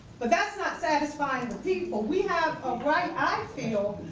but that's not satisfying the people. we have a right, i feel,